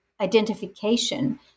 identification